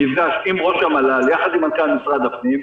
מפגש עם ראש המל"ל יחד עם מנכ"ל משרד הפנים,